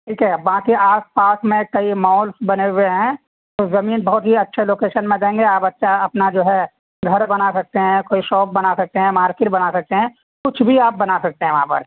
ٹھیک ہے باقی آس پاس میں کئی مالس بنے ہوئے ہیں زمین بہت ہی اچھے لوکیشن میں دیں گے آپ اچھا اپنا جو ہے گھر بنا سکتے ہیں کوئی شاپ بنا سکتے ہیں مارکیٹ بنا سکتے ہیں کچھ بھی آپ بنا سکتے ہیں وہاں پر